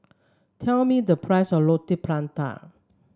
tell me the price of Roti Prata